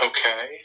Okay